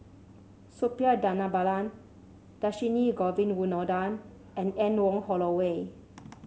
Suppiah Dhanabalan Dhershini Govin Winodan and Anne Wong Holloway